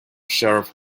sheriff